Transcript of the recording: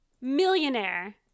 Millionaire